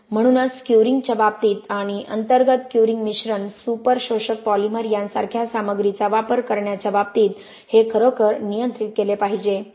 म्हणूनच क्युरींगच्या बाबतीत आणि अंतर्गत क्युअरिंग मिश्रण सुपर शोषक पॉलिमर यासारख्या सामग्रीचा वापर करण्याच्या बाबतीत हे खरोखर नियंत्रित केले पाहिजे